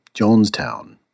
Jonestown